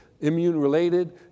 Immune-related